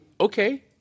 Okay